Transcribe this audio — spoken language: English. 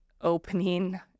opening